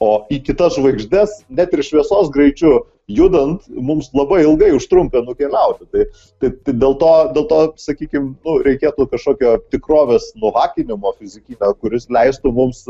o į kitas žvaigždes net ir šviesos greičiu judant mums labai ilgai užtrunka nukeliauti tai tai dėl to dėl to sakykim nu reikėtų kažkokio tikrovės nuvakinimo fizikinio kuris leistų mums